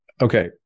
okay